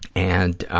and